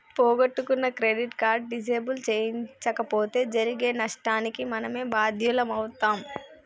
పోగొట్టుకున్న credit card disable చేయించకపోతే జరిగే నష్టానికి మనమే బాధ్యులమవుతం